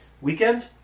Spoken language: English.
Weekend